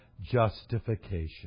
justification